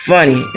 Funny